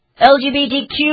LGBTQ